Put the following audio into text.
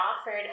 offered